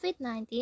COVID-19